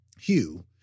Hugh